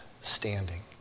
standing